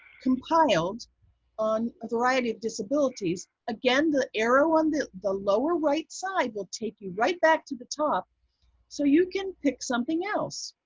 compiled on a variety of disabilities. again, the arrow on the the lower right side will take you right back to the top so you can pick something else.